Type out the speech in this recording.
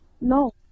no